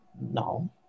No